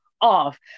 off